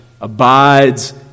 abides